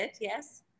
Yes